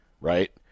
Right